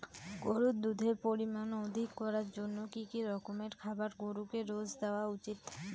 গরুর দুধের পরিমান অধিক করার জন্য কি কি রকমের খাবার গরুকে রোজ দেওয়া উচিৎ?